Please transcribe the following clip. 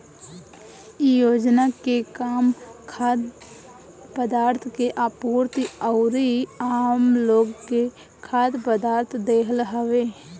इ योजना के काम खाद्य पदार्थ के आपूर्ति अउरी आमलोग के खाद्य पदार्थ देहल हवे